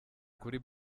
kuri